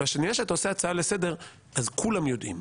בשנייה שאתה עושה הצעה לסדר, אז כולם יודעים.